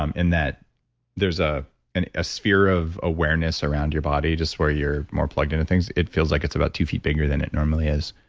um in that there's a and ah sphere of awareness around your body, just where you're more plugged in to things. it feels like it's about two feet bigger than it normally is.